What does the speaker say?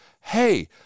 hey –